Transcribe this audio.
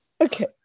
Okay